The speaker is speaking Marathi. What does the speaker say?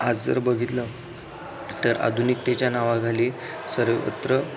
आज जर बघितलं तर आधुनिकतेच्या नावाखाली सर्वत्र